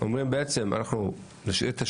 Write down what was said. אומרים בעצם אנחנו נשאיר את השב"ן.